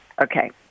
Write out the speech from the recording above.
okay